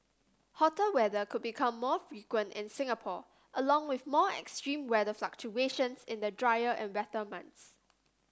hotter weather could become more frequent in Singapore along with more extreme weather fluctuations in the drier and wetter months